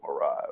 arrive